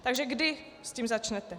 Takže kdy s tím začnete?